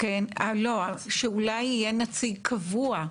שאולי יהיה נציג קבוע.